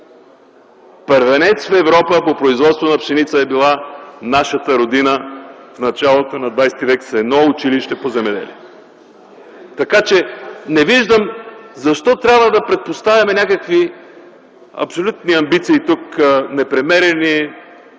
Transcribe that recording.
Първенец в Европа по производство на пшеница е била нашата Родина в началото на ХХ век с едно училище по земеделие! Така че, не виждам защо трябва да предпоставяме някакви абсолютни амбиции тук, непремерени,